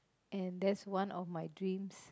and that's one of my dreams